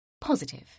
positive